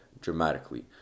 dramatically